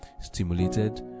stimulated